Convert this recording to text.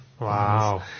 Wow